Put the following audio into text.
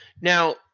now